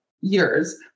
years